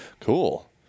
cool